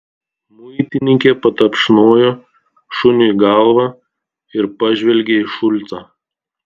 muitininkė patapšnojo šuniui galvą ir pažvelgė į šulcą